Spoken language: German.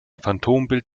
phantombild